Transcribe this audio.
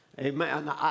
Amen